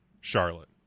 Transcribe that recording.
Charlotte